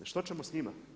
Što ćemo sa njima?